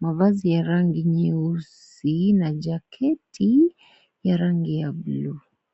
mavazi ya rangi nyeusi na jaketi ya rangi ya bluu.